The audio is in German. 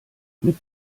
mit